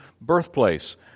birthplace